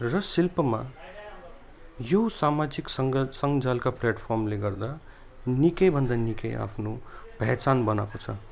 र शिल्पमा यो सामाजिकसँग सामाजिक सञ्जालको प्ल्याटफर्मले गर्दा निकै भन्दा निकै आफ्नो पहिचान बनाएको छ